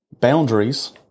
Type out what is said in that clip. Boundaries